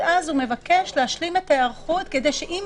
אז הוא מבקש להשלים את ההיערכות כדי שאם